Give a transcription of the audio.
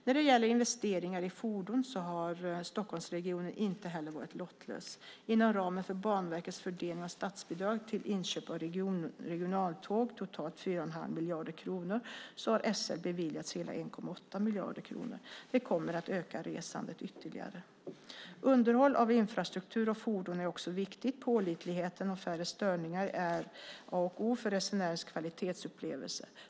När det gäller investeringar i fordon har Stockholmsregionen inte heller varit lottlös. Inom ramen för Banverkets fördelning av statsbidrag till inköp av regionaltåg, totalt 4,5 miljarder kronor, har SL beviljats hela 1,8 miljarder kronor. Det kommer att öka resandet ytterligare. Underhåll av infrastruktur och fordon är också viktigt. Pålitlighet och färre störningar är A och O för resenärernas kvalitetsupplevelse.